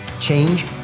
Change